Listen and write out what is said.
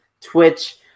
Twitch